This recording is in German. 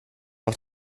auf